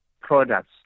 products